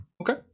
Okay